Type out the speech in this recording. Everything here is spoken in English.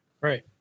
Right